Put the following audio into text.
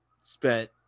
spent